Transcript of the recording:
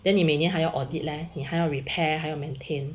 then 你每年还要 audit leh 你还要 repair 还有 maintain